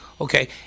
okay